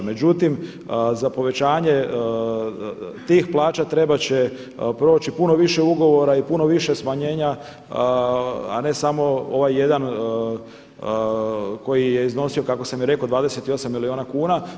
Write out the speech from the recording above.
Međutim, za povećanje tih plaća trebati će proći puno više ugovora i puno više smanjenja a ne samo ovaj jedan koji je iznosio kako sam i rekao 28 milijuna kuna.